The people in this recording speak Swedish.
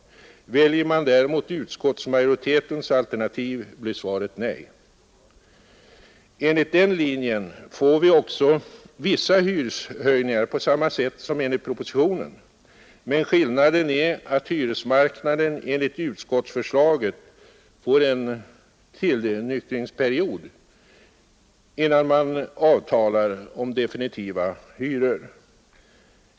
Väljer man däremot utskottsmajoritetens alternativ blir svaret nej. Enligt den linjen får vi också vissa hyreshöjningar på samma sätt som enligt propositionen. Men skillnaden är att hyresmarknaden enligt utskottsförslaget får en tillnyktringsperiod innan man avtalar om definitiva hyror.